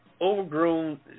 overgrown